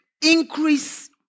increase